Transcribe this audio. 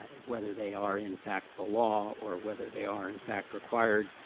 ah whether they are in fact the law or whether they are in fact required,